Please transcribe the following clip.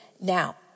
Now